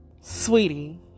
Sweetie